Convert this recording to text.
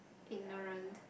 ignorant